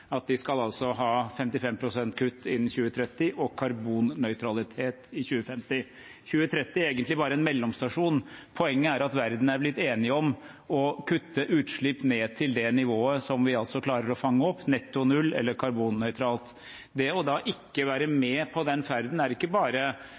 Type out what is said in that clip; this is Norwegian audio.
at de skal ha 55 pst. kutt innen 2030 og karbonnøytralitet i 2050. 2030 er egentlig bare en mellomstasjon. Poenget er at verden er blitt enig om å kutte utslipp ned til det nivået som vi altså klarer å fange opp, netto null eller karbonnøytralt. Med tanke på ikke å være